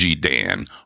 dan